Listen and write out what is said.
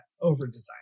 over-design